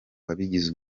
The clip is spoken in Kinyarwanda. wabigize